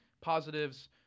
positives